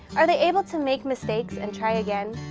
are they able to make mistakes and try again?